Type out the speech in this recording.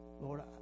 Lord